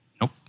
Nope